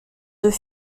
deux